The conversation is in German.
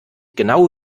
genau